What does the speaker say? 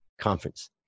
conference